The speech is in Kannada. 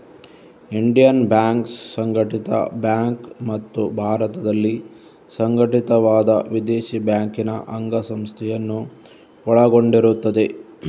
ಇಂಡಿಯನ್ ಬ್ಯಾಂಕ್ಸ್ ಸಂಘಟಿತ ಬ್ಯಾಂಕ್ ಮತ್ತು ಭಾರತದಲ್ಲಿ ಸಂಘಟಿತವಾದ ವಿದೇಶಿ ಬ್ಯಾಂಕಿನ ಅಂಗಸಂಸ್ಥೆಯನ್ನು ಒಳಗೊಂಡಿರುತ್ತದೆ